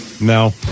No